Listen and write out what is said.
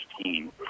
team